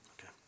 Okay